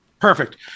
Perfect